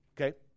Okay